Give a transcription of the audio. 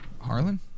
Harlan